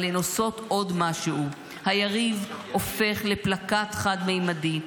אבל הן עושות עוד משהו: היריב הופך לפלקט חד-ממדי,